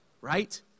right